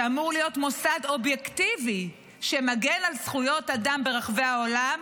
שאמור להיות מוסד אובייקטיבי שמגן על זכויות אדם ברחבי העולם,